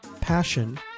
passion